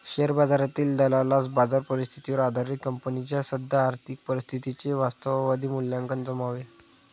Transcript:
share बाजारातील दलालास बाजार परिस्थितीवर आधारित कंपनीच्या सद्य आर्थिक परिस्थितीचे वास्तववादी मूल्यांकन जमावे